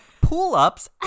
pull-ups